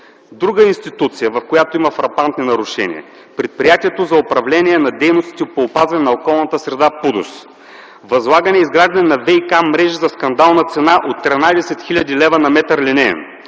Друга институция, в която има фрапантни нарушения – Предприятието за управление на дейностите по опазване на околната среда (ПУДООС). Възлагано е изграждането на ВиК мрежи за скандалната цена от 13 хил. лв. на линеен